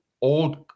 old